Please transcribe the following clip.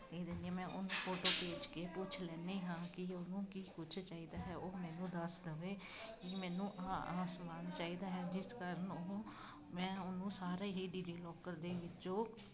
ਦੇ ਦਿੰਦੀ ਹਾਂ ਮੈ ਉਹਨੂੰ ਫੋਟੋ ਭੇਜ ਕੇ ਪੁੱਛ ਲਿੰਦੀ ਹਾਂ ਕਿ ਉਹਨੂੰ ਕੀ ਕੁਝ ਚਾਹੀਦਾ ਹੈ ਉਹ ਮੈਨੂੰ ਦੱਸ ਦਵੇ ਵੀ ਮੈਨੂੰ ਆਹ ਆਹ ਸਮਾਨ ਚਾਹੀਦਾ ਹੈ ਜਿਸ ਕਾਰਨ ਉਹ ਮੈ ਉਹਨੂੰ ਸਾਰੇ ਹੀ ਡੀਜੀ ਲਾਕਰ ਦੇ ਵਿੱਚੋਂ